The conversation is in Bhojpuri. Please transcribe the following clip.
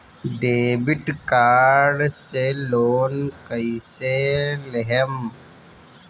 डेबिट कार्ड से लोन कईसे लेहम?